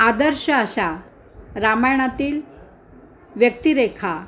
आदर्श अशा रामायणातील व्यक्तिरेखा